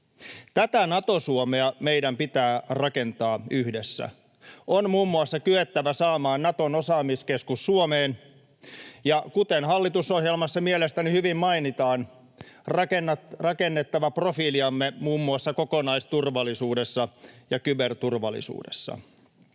Tätä Nato-Suomea meidän pitää rakentaa yhdessä. On muun muassa kyettävä saamaan Naton osaamiskeskus Suomeen ja, kuten hallitusohjelmassa mielestäni hyvin mainitaan, rakennettava profiiliamme muun muassa kokonaisturvallisuudessa ja ky-berturvallisuudessa.